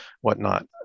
whatnot